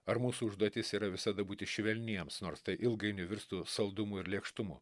ar mūsų užduotis yra visada būti švelniems nors tai ilgainiui virstų saldumu ir lėkštumu